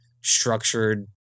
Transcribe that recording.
structured